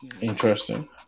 Interesting